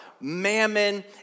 mammon